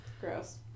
Gross